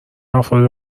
افراد